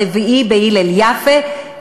הרביעי בהלל יפה,